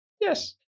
Yes